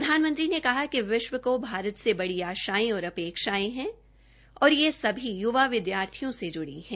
प्रधानमंत्री ने कहा कि विश्व को भारत से बड़ी आशायें और अपेक्षाएं हैं तथा ये सभी युवा विद्यार्थियों से जुड़ी हैं